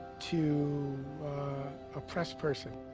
to a press person.